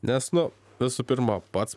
nes nu visų pirma pats